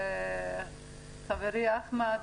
חברי אחמד,